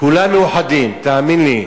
כולם מאוחדים, תאמין לי,